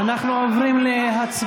לא צריך?